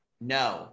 No